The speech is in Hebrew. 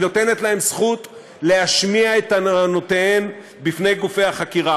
היא נותנת להן זכות להשמיע את טענותיהן בפני גופי החקירה,